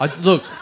Look